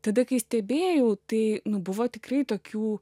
tada kai stebėjau tai nu buvo tikrai tokių